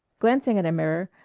glancing in a mirror,